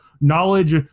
knowledge